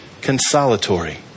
Consolatory